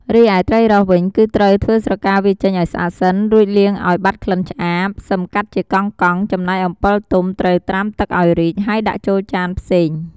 រីឯត្រីរ៉ស់វិញគឺត្រូវធ្វើស្រកាវាចេញឱ្យស្អាតសិន រួចលាងឲ្យបាត់ក្លិនឆ្អាប សិមកាត់ជាកង់ៗ ចំណែកអំពិលទុំត្រូវត្រាំទឹកឱ្យរីក ហើយដាក់មួយចានផ្សេង ។